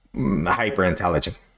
hyper-intelligent